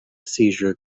seizure